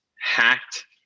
hacked